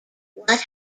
what